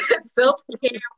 self-care